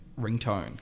ringtone